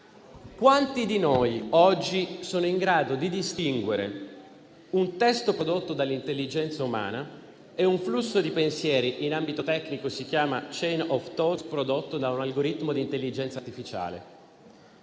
Quanti di noi oggi sono in grado di distinguere un testo prodotto dall'intelligenza umana e un flusso di pensieri, che in ambito tecnico si chiama *chain of thought*, prodotto da un algoritmo di intelligenza artificiale?